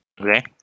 Okay